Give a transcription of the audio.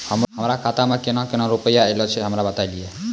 हमरो खाता मे केना केना रुपैया ऐलो छै? हमरा बताय लियै?